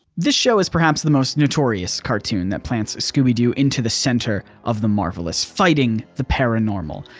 this show is perhaps the most notorious cartoon that plants scooby-doo into the center of the marvelous, fighting the paranormal.